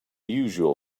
usual